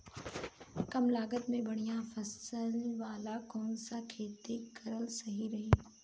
कमलागत मे बढ़िया फसल वाला कौन सा खेती करल सही रही?